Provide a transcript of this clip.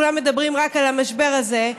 כולם מדברים רק על המשבר הזה.